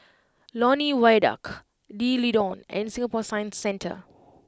Lornie Viaduct D'Leedon and Singapore Science Centre